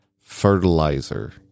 fertilizer